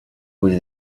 was